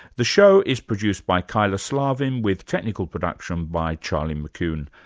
the show is produced by kyla slaven with technical production by charlie mckune.